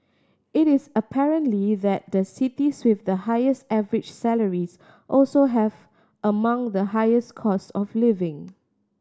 it is apparent lee that the cities with the highest average salaries also have among the highest cost of living